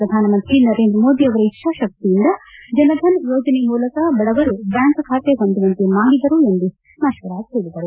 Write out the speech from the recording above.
ಪ್ರಧಾನಮಂತ್ರಿ ನರೇಂದ್ರ ಮೋದಿ ಅವರ ಇಚ್ಚಾಶಕ್ತಿಯಿಂದ ಜನಧನ ಯೋಜನೆ ಮೂಲಕ ಬಡವರು ಬ್ಯಾಂಕ್ ಖಾತೆ ಹೊಂದುವಂತೆ ಮಾಡಿದರು ಎಂದು ಸುಷ್ಮ ಸ್ವರಾಜ್ ಹೇಳಿದರು